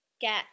get